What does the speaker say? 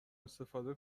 استفاده